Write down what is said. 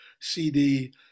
CD